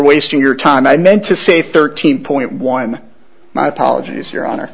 wasting your time i meant to say thirteen point one my apologies your honor